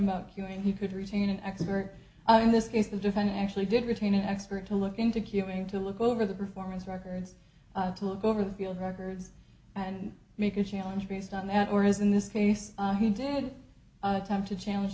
about cueing he could retain an expert in this case the defendant actually did retain an expert to look into queuing to look over the performance records to look over the field records and make a challenge based on that whereas in this case he did attempt to challenge